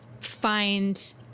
find